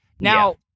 now